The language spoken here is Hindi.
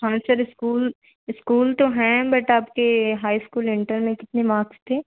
हाँ सर इस्कूल इस्कूल तो है बट आपके हाई स्कूल इंटर में कितने मार्क्स थे